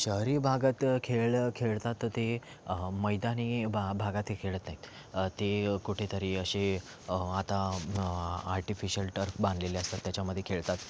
शहरी भागात खेळ खेळतात ते मैदानी बा भागात ते खेळत नाही ते कुठेतरी असे आता आर्टिफिशियल टर्क बांधलेले असतात त्याच्यामध्ये खेळतात